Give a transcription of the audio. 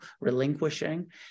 relinquishing